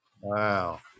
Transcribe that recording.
Wow